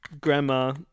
Grandma